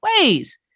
ways